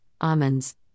almonds